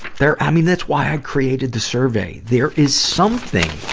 there, i mean, that's why i created the survey. there is something